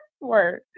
word